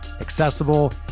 accessible